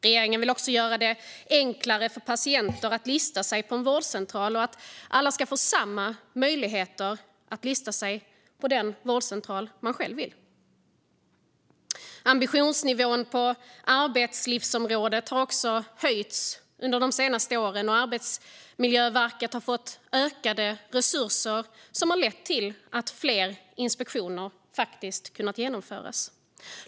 Regeringen vill också göra det enklare för patienter att lista sig på en vårdcentral och att alla ska få samma möjligheter att lista sig hos den vårdcentral man själv vill. Ambitionsnivån på arbetslivsområdet har också höjts under de senaste åren, och Arbetsmiljöverket har fått ökade resurser som har lett till att fler inspektioner kunnat genomföras.